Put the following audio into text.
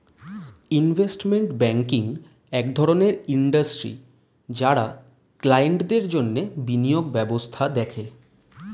investment banking এক ধরণের industry যারা ক্লায়েন্টদের জন্যে বিনিয়োগ ব্যবস্থা দেখে